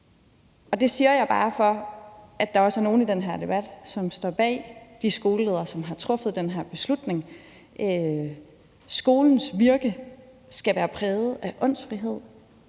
og det siger jeg bare, for at der også er nogle i den her debat, som står bag de skoleledere, som har truffet den her beslutning. Skolens virke skal være præget af åndsfrihed,